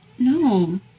No